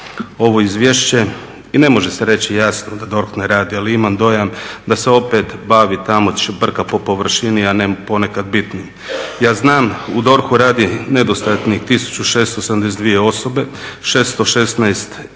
ovo izvješće i ne može se reći jasno da DORH ne radi, ali imam dojam da se opet bavi tamo čeprka po površini, a ne ponekad bitnim. Ja znam u DORH-u radi nedostatnih 1672 osobe, 616 imamo